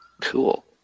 Cool